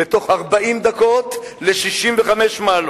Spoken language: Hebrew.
ובתוך 40 דקות ל-65 מעלות.